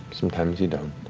sometimes you don't.